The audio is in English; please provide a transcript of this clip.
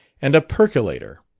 and a percolator.